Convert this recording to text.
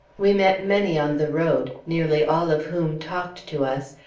we met many on the road, nearly all of whom talked to us,